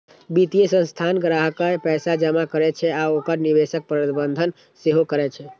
वित्तीय संस्थान ग्राहकक पैसा जमा करै छै आ ओकर निवेशक प्रबंधन सेहो करै छै